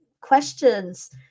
questions